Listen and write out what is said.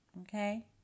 Okay